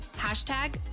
Hashtag